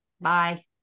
bye